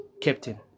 captain